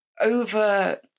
over